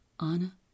Anna